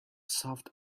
soft